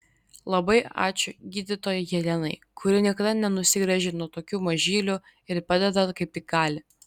labai ačiū gydytojai jelenai kuri niekada nenusigręžia nuo tokių mažylių ir padeda kaip tik gali